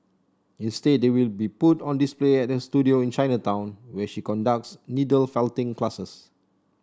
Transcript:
instead they will be put on display at her studio in Chinatown where she conducts needle felting classes